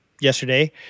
yesterday